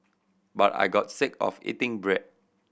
but I got sick of eating bread